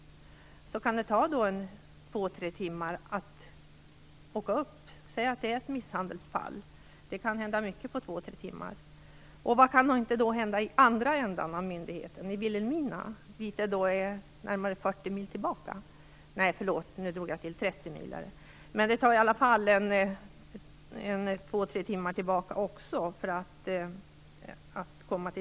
Då kan det ta två tre timmar att åka dit, och det kan hända mycket på dessa timmar. Och vad kan då inte hända i andra ändan av området, i Vilhelmina, dit det är 30 mil.